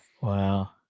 Wow